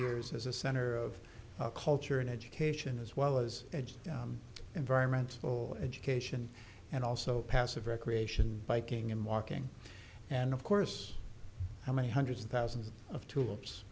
years as a center of culture and education as well as edge environmental education and also passive recreation biking and walking and of course how many hundreds of thousands of tulips